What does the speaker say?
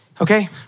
Okay